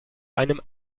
einem